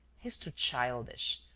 he's too childish,